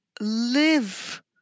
live